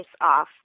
off